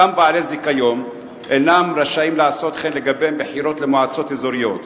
אותם בעלי זיכיון אינם רשאים לעשות כן לגבי בחירות למועצות אזוריות.